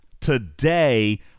Today